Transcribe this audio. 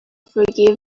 forgive